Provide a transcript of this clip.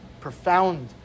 profound